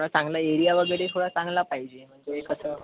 चांगलं एरिया वगैरे थोडा चांगला पाहिजे म्हणजे कसं